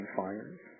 fires